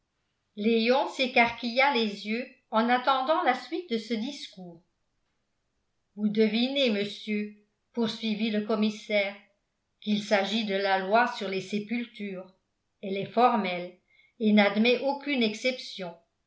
léon s'écarquilla les yeux en attendant la suite de ce discours vous devinez monsieur poursuivit le commissaire qu'il s'agit de la loi sur les sépultures elle est formelle et n'admet aucune exception